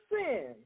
sin